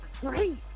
great